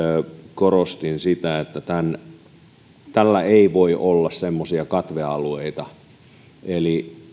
korostin sitä että tällä ei voi olla katvealueita eli